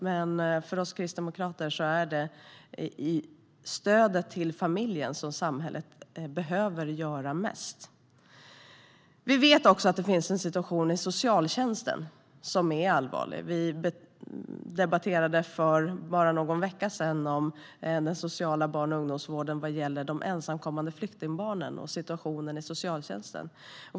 Men för oss kristdemokrater är det i stödet till familjen som samhället behöver göra mest. Vi vet också att det finns en situation i socialtjänsten som är allvarlig. För bara någon vecka sedan debatterade vi den sociala barn och ungdomsvården vad gäller de ensamkommande flyktingbarnen och situation i socialtjänsten.